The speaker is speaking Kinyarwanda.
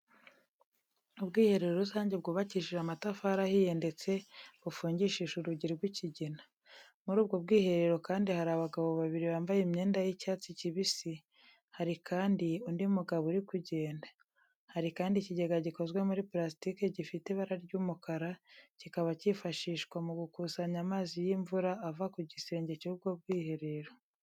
Ubwiherero rusange bwubakishije amatafari ahiye ndetse bufungishije urugi rw'ikigina. Muri ubwo bwiherero kandi hari abagabo babiri bambaye imyenda y'icyatsi kibisi, hari kandi undi mugabo uri kugenda. Hari kandi ikigega gikozwe muri purasitike, gifite ibara ry'umukara, kikaba cyifashishwa mu gukusanya amazi y'imvura ava ku gisenge cy'ubwo bwiherero.